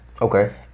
Okay